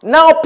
Now